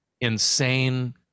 insane